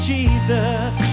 Jesus